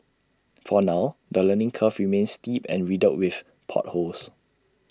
for now the learning curve remains steep and riddled with potholes